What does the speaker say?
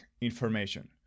information